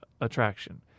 attraction